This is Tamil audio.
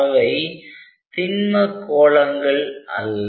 அவை திண்ம கோளங்கள் அல்ல